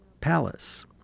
palace